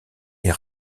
est